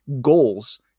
goals